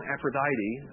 Aphrodite